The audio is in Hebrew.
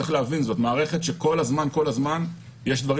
צריך להבין שזאת מערכת שכל הזמן יש דברים